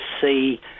see